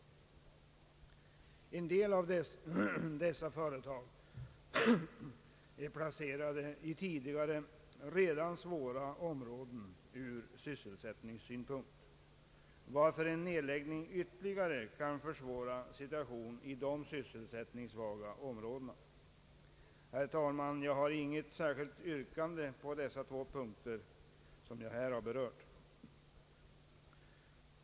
En hel del av dessa företag är placerade i tidigare redan besvärliga områden från sysselsättningssynpunkt, varför en nedläggning ytterligare kan försvåra situationen i dessa sysselsättningssvaga områden. Herr talman! Jag har icke något särskilt yrkande på de två punkter som jag här berört.